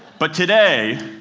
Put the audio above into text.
but today,